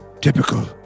Typical